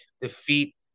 defeat